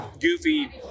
goofy